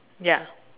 ya